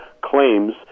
claims